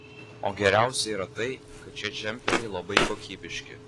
o geriausia yra tai kad šie džemperiai labai kokybiški